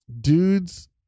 dudes